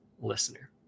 listener